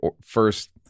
first